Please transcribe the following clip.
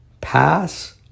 Pass